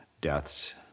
deaths